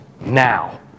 now